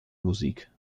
musik